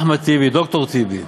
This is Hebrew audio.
אחמד טיבי, ד"ר טיבי,